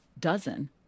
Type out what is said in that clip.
dozen